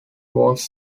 was